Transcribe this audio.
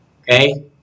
Okay